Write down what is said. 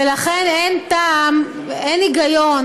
ולכן אין טעם ואין היגיון